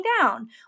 down